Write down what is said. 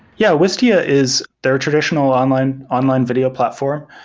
yeah. wistia is their traditional online online video platform.